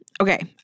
Okay